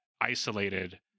isolated